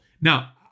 Now